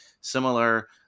similar